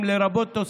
רבותיי,